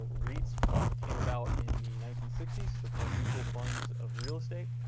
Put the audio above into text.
reits came about in the nineteen sixty s. they're kind of mutual funds of real estate.